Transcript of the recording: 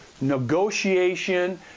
negotiation